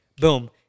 boom